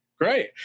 great